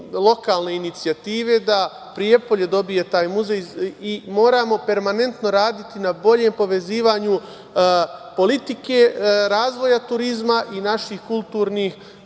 lokalne inicijative da Prijepolje dobije taj muzej i moramo permanentno raditi na boljem povezivanju politike, razvoja turizma i naših kulturnih